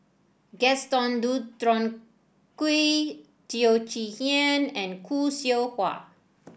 Gaston Dutronquoy Teo Chee Hean and Khoo Seow Hwa